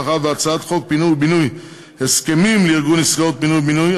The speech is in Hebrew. מאחר שהצעת חוק פינוי ובינוי (הסכמים לארגון עסקאות פינוי ובינוי),